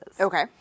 Okay